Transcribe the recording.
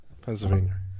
Pennsylvania